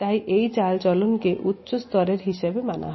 তাই এই চালচলন কে উচ্চস্তরের হিসেবে মানা হয়